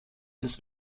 des